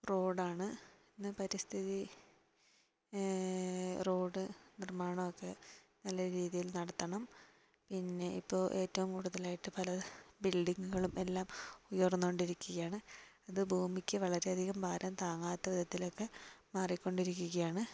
റോഡാണ് ഇന്ന് പരിസ്ഥിതി റോഡ് നിർമ്മാണമൊക്കെ നല്ല രീതിയിൽ നടത്തണം പിന്നെ ഇപ്പോൾ ഏറ്റവും കൂടുതലായിട്ട് പല ബിൽഡിങ്ങുകളും എല്ലാം ഉയർന്നുകൊണ്ടിരിക്കുകയാണ് അത് ഭൂമിയ്ക്ക് വളരെയധികം ഭാരം താങ്ങാത്ത വിധത്തിലൊക്കെ മാറിക്കൊണ്ടിരിക്കുകയാണ്